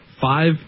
Five